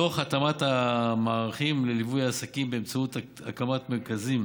תוך התאמת המערכים לליווי העסקים באמצעות הקמת מרכזים,